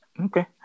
Okay